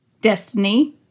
destiny